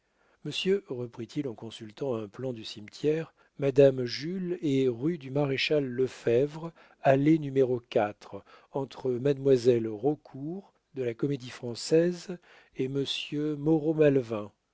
héritiers monsieur reprit-il en consultant un plan du cimetière madame jules est rue du maréchal lefèvre allait entre mademoiselle raucourt de la comédie-française et monsieur moreau malvin